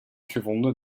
gevonden